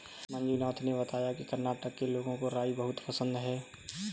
मंजुनाथ ने बताया कि कर्नाटक के लोगों को राई बहुत पसंद है